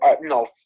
no